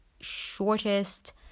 shortest